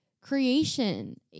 creation